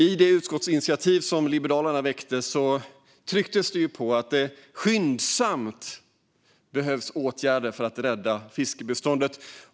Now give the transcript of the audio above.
I det utskottsinitiativ som Liberalerna väckte trycktes det på att det skyndsamt behövs åtgärder för att rädda fiskbestånden.